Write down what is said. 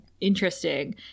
interesting